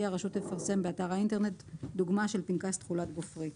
הרשות תפרסם באתר האינטרנט דוגמה של פנקס תכולת גופרית.